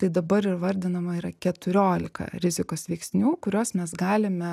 tai dabar įvardinama yra keturiolika rizikos veiksnių kuriuos mes galime